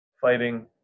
fighting